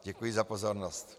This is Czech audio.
Děkuji za pozornost.